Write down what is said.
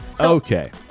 Okay